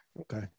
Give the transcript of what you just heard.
okay